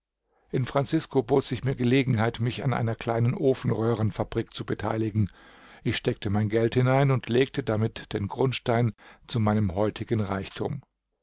in francisco bot sich mir gelegenheit mich an einer kleinen ofenröhrenfabrik zu beteiligen ich steckte mein geld hinein und legte damit den grundstein zu meinem heutigen reichtum